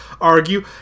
argue